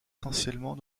essentiellement